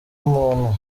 umuntu